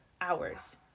hours